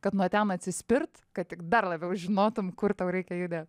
kad nuo ten atsispirt kad tik dar labiau žinotum kur tau reikia judėt